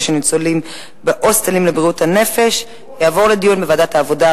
של ניצולי השואה בהוסטלים לבריאות הנפש תעבור לדיון בוועדת העבודה,